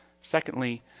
Secondly